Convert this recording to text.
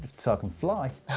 so i can fly.